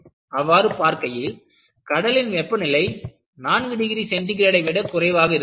அவ்வாறு பார்க்கையில் கடலின் வெப்பநிலை 8 டிகிரி சென்டிகிரேடை விட குறைவாக இருந்தது